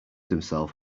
himself